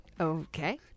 Okay